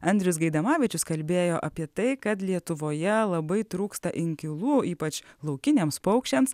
andrius gaidamavičius kalbėjo apie tai kad lietuvoje labai trūksta inkilų ypač laukiniams paukščiams